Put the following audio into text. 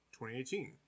2018